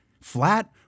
flat